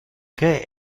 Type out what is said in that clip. que